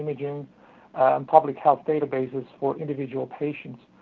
imaging, and public health databases, for individual patients.